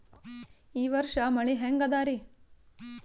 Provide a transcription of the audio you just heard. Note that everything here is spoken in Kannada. ಈ ವರ್ಷ ಮಳಿ ಹೆಂಗ ಅದಾರಿ?